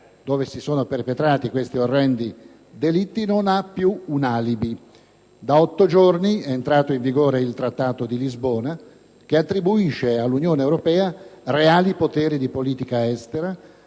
dove si sono perpetrati questi orrendi delitti, non ha più un alibi. Da otto giorni è entrato in vigore il Trattato di Lisbona, che attribuisce all'Unione europea reali poteri di politica estera